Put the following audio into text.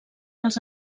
els